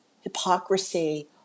hypocrisy